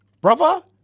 Brother